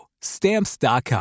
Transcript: Stamps.com